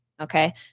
okay